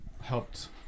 helped